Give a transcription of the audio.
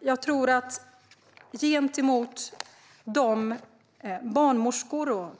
Jag tror att för de barnmorskor,